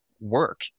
work